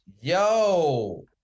Yo